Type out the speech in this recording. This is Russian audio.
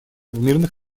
мирных